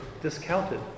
discounted